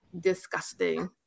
disgusting